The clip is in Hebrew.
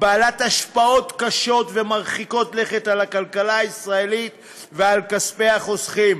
ובעלת השפעות קשות ומרחיקות לכת על הכלכלה הישראלית ועל כספי החוסכים,